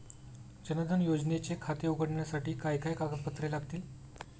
जनधन योजनेचे खाते उघडण्यासाठी काय काय कागदपत्रे लागतील?